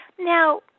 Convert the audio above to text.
Now